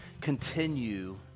continue